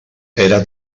era